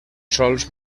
sòls